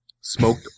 smoked